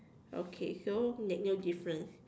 okay so no difference